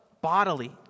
bodily